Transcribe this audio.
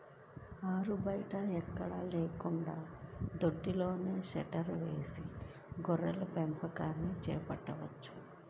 ఆరుబయట ఎక్కడైనా లేదా దొడ్డిలో షెడ్డు వేసి గొర్రెల పెంపకాన్ని చేపట్టవచ్చు